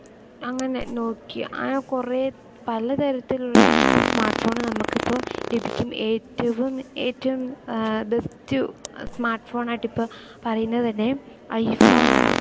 അങ്ങനെ നോക്കിയ ആ കുറേ പല തരത്തിലുള്ള സ്മാർട്ട് ഫോണ് നമുക്കിപ്പോൾ ലഭിക്കും ഏറ്റവും ഏറ്റവും ബെസ്റ്റ് സ്മാർട്ട് ഫോണായിട്ടിപ്പോൾ പറയുന്നതു തന്നെ ഐഫോണാണ്